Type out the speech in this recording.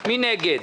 מי נגד?